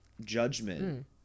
judgment